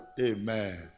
Amen